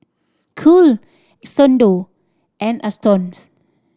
Cool Xndo and Astons